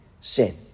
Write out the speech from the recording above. sin